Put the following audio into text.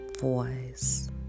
voice